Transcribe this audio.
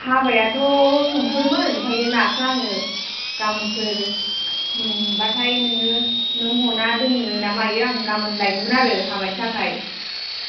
हाबायाथ' संफोरमोन ओमफाय नाखौ आङो गामोनफोर मोनब्लाथाय नोङो नों हना दोनो ना मायो आं गामोन लायगौमोन आरो हाबानि थाखाय